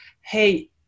Hey